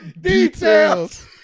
details